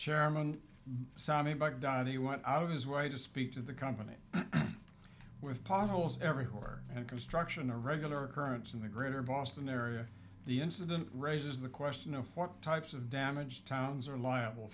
donnie went out of his way to speak to the company with potholes everywhere and construction a regular occurrence in the greater boston area the incident raises the question of what types of damage towns are liable